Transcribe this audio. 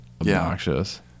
obnoxious